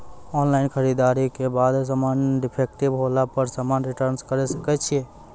Online खरीददारी के बाद समान डिफेक्टिव होला पर समान रिटर्न्स करे सकय छियै?